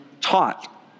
taught